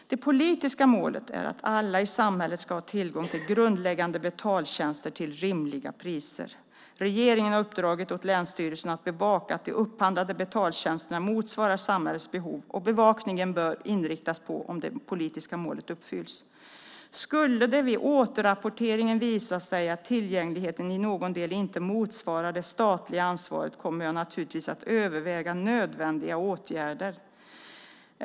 Det politiska målet är att alla i samhället ska ha tillgång till grundläggande betaltjänster till rimliga priser. Regeringen har uppdragit åt länsstyrelserna att bevaka att de upphandlade betaltjänsterna motsvarar samhällets behov, och bevakningen bör inriktas på om det politiska målet uppfylls. Skulle det vid återrapporteringen visa sig att tillgängligheten i någon del inte motsvarar det statliga ansvaret kommer jag naturligtvis att överväga nödvändiga åtgärder.